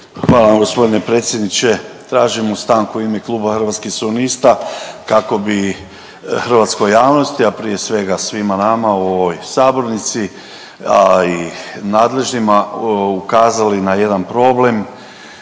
vam gospodine predsjedniče. Tražimo stanku u ime kluba Hrvatskih suverenista kako hrvatskoj javnosti, a prije svega svima nama u ovoj sabornici, a i nadležnima ukazali na jedan problem,